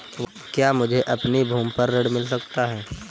क्या मुझे अपनी भूमि पर ऋण मिल सकता है?